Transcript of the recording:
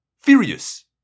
Furious